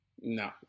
No